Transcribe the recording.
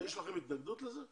יש לכם התנגדות לזה?